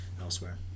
elsewhere